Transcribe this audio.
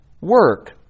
work